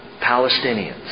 Palestinians